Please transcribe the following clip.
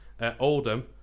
Oldham